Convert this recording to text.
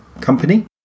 Company